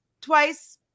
twice